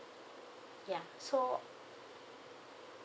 ya so